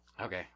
Okay